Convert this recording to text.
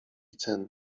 cen